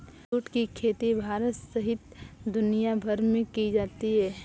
जुट की खेती भारत सहित दुनियाभर में की जाती है